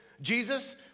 Jesus